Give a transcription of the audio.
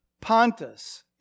Pontus